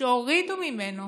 שהורידו ממנו